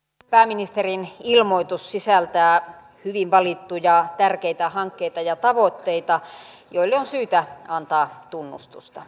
pääministerin ilmoitus sisältää hyvin valittuja tärkeitä hankkeita ja tavoitteita joille on syytä antaa tunnustusta